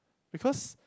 because